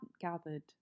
gathered